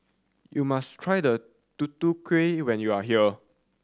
you must try Tutu Kueh when you are here